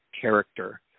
character